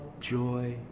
joy